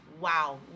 Wow